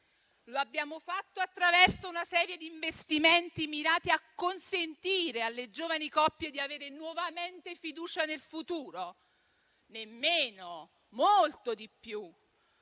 lo abbiamo fatto attraverso una serie di investimenti mirati a consentire alle giovani coppie di avere nuovamente fiducia nel futuro? Nemmeno, molto di più!